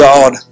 God